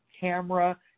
Camera